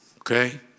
okay